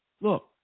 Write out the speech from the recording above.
Look